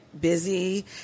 busy